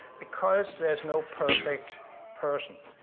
because there's no perfect person,